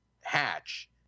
hatch